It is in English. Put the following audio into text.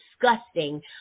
disgusting